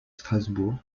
strasbourg